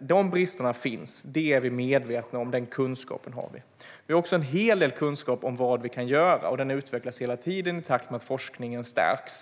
De bristerna finns alltså. Det är vi medvetna om; den kunskapen har vi. Vi har också en hel del kunskap om vad vi kan göra, och den utvecklas hela tiden i takt med att forskningen stärks.